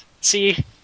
see